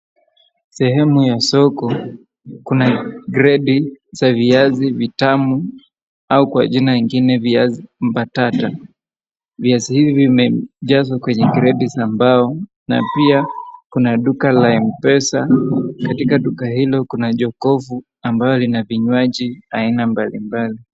Sehemu ya soko. Kuna kreti za viazi vitamu au kwa jina ingine viazi mbatata. Viazi hizi vimejazwa kwenye kreti za mbao na pia kuna duka la M-PESA. Katika duka hilo kuna jokovu ambayo lina vinywaji aina mbalimbali.